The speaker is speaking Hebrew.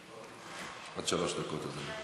עד שלוש דקות, אדוני.